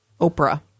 Oprah